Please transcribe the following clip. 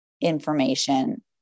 information